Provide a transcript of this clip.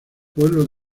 pueblo